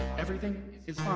everything is